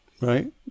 Right